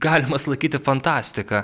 galimas laikyti fantastika